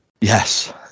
Yes